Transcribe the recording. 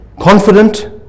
confident